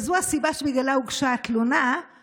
וזו הסיבה שבגללה הוגשה התלונה,